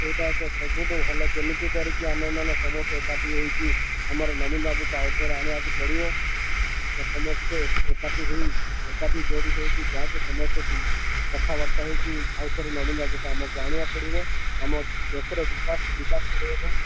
ସେଇଟା ତ ସବୁଠୁ ଭଲ ଯେମିତି କରିକି ଆମେମାନେ ସମସ୍ତେ ଏକାଠି ହୋଇକି ଆମର ନବୀନ ବାବୁଙ୍କୁ ଆଉ ଥରେ ଆଣିବାକୁ ପଡ଼ିବ ସମସ୍ତେ ଏକାଠି ହୋଇ ଏକାଠି ସମସ୍ତେ ଯୋଡ଼ି ହୋଇକି କଥାବାର୍ତ୍ତା ହୋଇକି ଆଉ ଥରେ ନବୀନ ବାବୁଙ୍କୁ ଆମକୁ ଆଣିବାକୁ ପଡ଼ିବ ଆମ ଦେଶର ବିକାଶ ବିକାଶ କରେଇ ହେବ